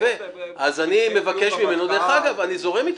אני זורם אתך.